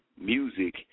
music